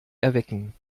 erwecken